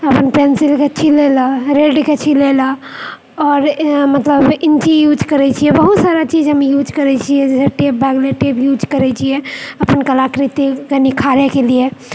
पेन्सिलके छीलए लऽ रेडके छीलए लऽ आओर मतलब इञ्ची यूज करैत छिऐ बहुत सारा चीज हम यूज करैत छिऐ टेप भए गेलै टेप यूज करैत छिऐ अपन कलाकृतिके निखारएके लिए